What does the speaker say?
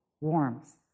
warmth